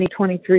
2023